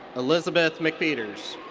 elizabeth mcpeters.